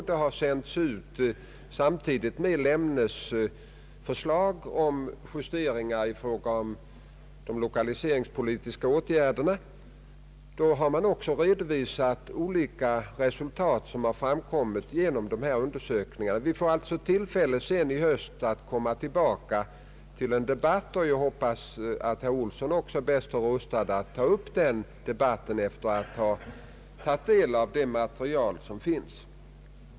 Det har sänts ut samtidigt med Lemnes förslag till justeringar i fråga om de lokaliseringspolitiska åtgärderna. Man har också redovisat olika resultat som framkommit genom dessa undersökningar. Vi får alltså tillfälle att senare komma tillbaka till en debatt, och jag hoppas att herr Olsson då också är bättre rustad att ta upp den debatten efter att ha tagit del av det material som finns.